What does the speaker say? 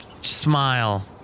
Smile